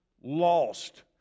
lost